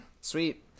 sweet